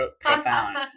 Profound